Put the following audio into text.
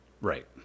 Right